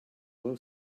low